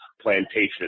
plantation